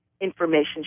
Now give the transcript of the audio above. information